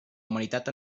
humanitat